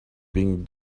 being